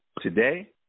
today